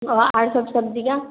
सब सब्जियाँ